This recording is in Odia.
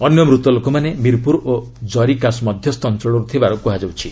ଅନ୍ୟ ମୂତ ଲୋକମାନେ ମିର୍ପୁର ଓ ଜରି କାଶ୍ ମଧ୍ୟସ୍ଥ ଅଞ୍ଚଳର୍ ଥିବାର କୃହାଯାଉଛି